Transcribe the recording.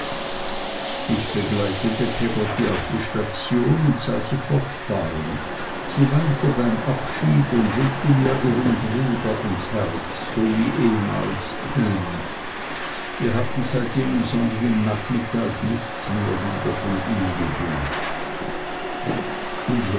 ich begleitete peggotty auf die station und sah sie fortfahren sie weinte beim abschied und legte mir ihren bruder ans herz so wie damals ham wir hatten seit jenem sonnigen nachmittag nichts mehr wieder von ihm gehört und